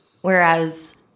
whereas